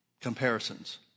comparisons